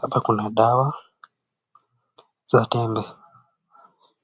Hapa kuna dawa, za tembe,